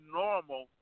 normal